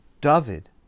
David